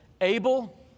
Abel